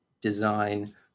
design